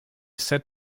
said